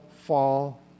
fall